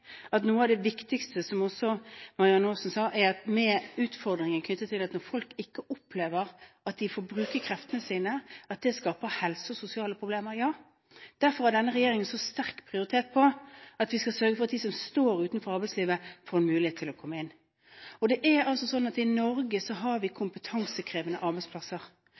at noe av det viktigste – som også Marianne Aasen sa – er utfordringen knyttet til at når folk opplever at de ikke får brukt kreftene sine, skaper det helse- og sosiale problemer. Derfor prioriterer denne regjeringen så høyt at vi skal sørge for at de som står utenfor arbeidslivet, får en mulighet til å komme inn. Vi har i Norge kompetansekrevende arbeidsplasser. Det betyr at å investere i